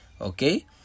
okay